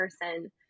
person